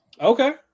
Okay